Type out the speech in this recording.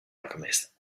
alchemist